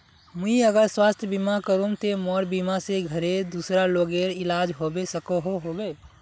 मुई अगर स्वास्थ्य बीमा करूम ते मोर बीमा से घोरेर दूसरा लोगेर इलाज होबे सकोहो होबे?